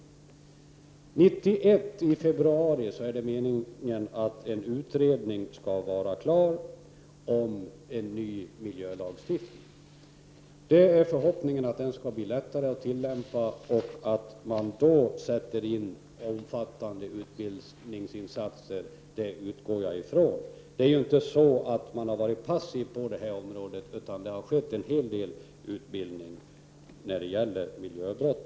I februari 1991 är det meningen att en utredning om en ny miljölagstiftning skall vara klar. Förhoppningen är att den skall bli lättare att tillämpa, och jag utgår från att man då sätter in omfattande utbildningsinsatser. Man har inte varit passiv på det här området, utan det har skett en hel del utbildning när det gäller miljöbrott.